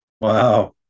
Wow